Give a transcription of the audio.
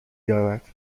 دارد